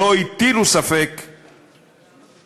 והם לא הטילו ספק בחיוניותו.